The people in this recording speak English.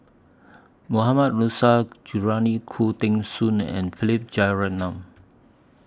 Mohammad Nurrasyid Juraimi Khoo Teng Soon and Philip Jeyaretnam